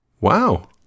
Wow